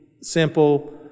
simple